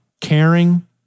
caring